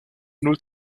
null